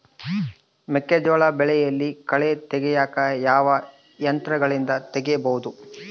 ಮೆಕ್ಕೆಜೋಳ ಬೆಳೆಯಲ್ಲಿ ಕಳೆ ತೆಗಿಯಾಕ ಯಾವ ಯಂತ್ರಗಳಿಂದ ತೆಗಿಬಹುದು?